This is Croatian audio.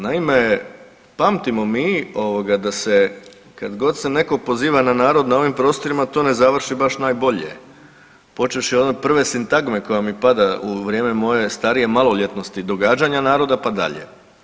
Naime, pamtimo mi da se kad god se netko poziva na narod na ovim prostorima to baš ne završi najbolje počevši od one prve sintagme koja mi pada u vrijeme moje starije maloljetnosti događanja naroda pa dalje.